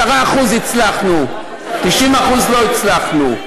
10% הצלחנו, 90% לא הצלחנו.